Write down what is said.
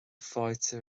fáilte